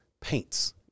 paints